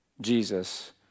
Jesus